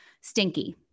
stinky